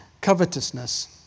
covetousness